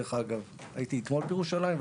הייתי אתמול בירושלים.